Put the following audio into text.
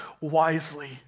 wisely